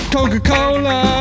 Coca-Cola